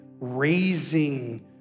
raising